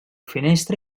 finestra